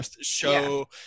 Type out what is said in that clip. show